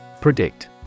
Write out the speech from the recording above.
Predict